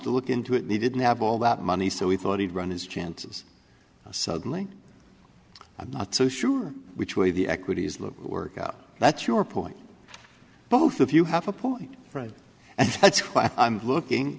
to look into it needn't have all that money so he thought he'd run his chances suddenly i'm not so sure which way the equities look work out that's your point both of you have a point and that's what i'm looking